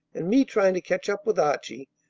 and me trying to catch up with archie,